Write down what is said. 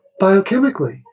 biochemically